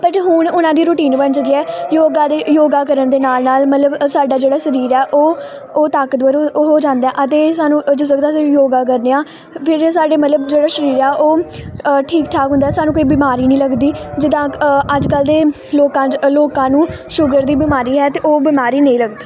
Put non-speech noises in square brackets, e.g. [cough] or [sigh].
but ਹੁਣ ਉਹਨਾਂ ਦੀ ਰੂਟੀਨ ਬਣ ਚੁੱਕੀ ਹੈ ਯੋਗਾ ਦੇ ਯੋਗਾ ਕਰਨ ਦੇ ਨਾਲ ਨਾਲ ਮਤਲਬ ਅ ਸਾਡਾ ਜਿਹੜਾ ਸਰੀਰ ਆ ਉਹ ਉਹ ਤਾਕਤਵਰ ਹੋ ਜਾਂਦਾ ਅਤੇ ਸਾਨੂੰ [unintelligible] ਯੋਗਾ ਕਰਦੇ ਹਾਂ ਫਿਰ ਸਾਡੇ ਮਤਲਬ ਜਿਹੜਾ ਸਰੀਰ ਆ ਉਹ ਠੀਕ ਠਾਕ ਹੁੰਦਾ ਸਾਨੂੰ ਕੋਈ ਬਿਮਾਰੀ ਨਹੀਂ ਲੱਗਦੀ ਜਿੱਦਾਂ ਅੱਜ ਕੱਲ੍ਹ ਦੇ ਲੋਕਾਂ 'ਚ ਅ ਲੋਕਾਂ ਨੂੰ ਸ਼ੂਗਰ ਦੀ ਬਿਮਾਰੀ ਹੈ ਅਤੇ ਉਹ ਬਿਮਾਰੀ ਨਹੀਂ ਲੱਗਦੀ